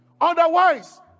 Otherwise